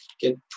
get